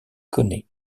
connait